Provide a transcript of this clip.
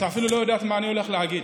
את אפילו לא יודעת מה אני הולך להגיד.